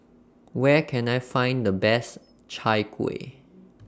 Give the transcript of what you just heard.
Where Can I Find The Best Chai Kueh